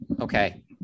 Okay